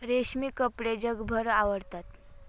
रेशमी कपडे जगभर आवडतात